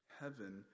Heaven